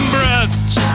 Breasts